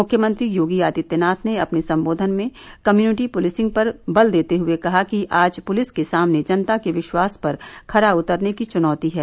मुख्यमंत्री योगी आदित्यनाथ ने अपने संबोधन में कम्यूनिटी पूलिसिंग पर बल देते हुए कहा कि आज पुलिस के सामने जनता के विश्वास पर खरा उतरने की चुनौती है